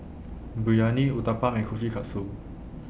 Biryani Uthapam and Kushikatsu